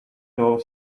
door